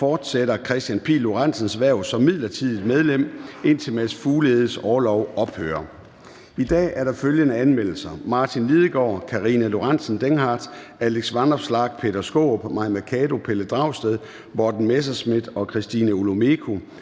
fortsætter Kristian Pihl Lorentzens hverv som midlertidigt medlem, indtil Mads Fugledes orlov ophører. I dag er der følgende anmeldelser: Martin Lidegaard (RV), Karina Lorentzen Dehnhardt (SF), Alex Vanopslagh (LA), Peter Skaarup (DD), Mai Mercado (KF), Pelle Dragsted (EL), Morten Messerschmidt (DF) og Christina Olumeko